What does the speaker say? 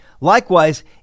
Likewise